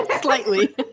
slightly